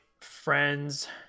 friends